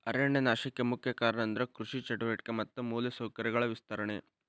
ಅರಣ್ಯ ನಾಶಕ್ಕೆ ಮುಖ್ಯ ಕಾರಣ ಅಂದ್ರ ಕೃಷಿ ಚಟುವಟಿಕೆ ಮತ್ತ ಮೂಲ ಸೌಕರ್ಯಗಳ ವಿಸ್ತರಣೆ